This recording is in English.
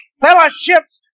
fellowships